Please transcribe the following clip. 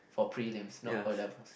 for prelims not O levels